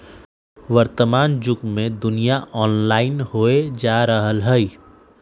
वर्तमान जुग में दुनिया ऑनलाइन होय जा रहल हइ